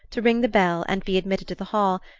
to ring the bell, and be admitted to the hall,